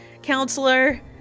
Counselor